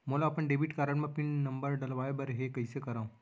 मोला अपन debit card म पिन नंबर डलवाय बर हे कइसे करव?